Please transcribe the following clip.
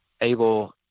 able